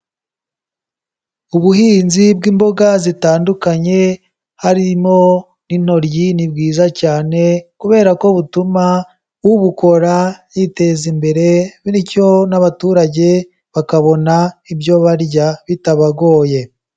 Ubuhinzi bw'imboga zitandukanye, harimo nk'intoryi ni bwiza cyane kubera ko butuma ubukora yiteza imbere bityo n'abaturage bakabona ibyo barya bitabagoye.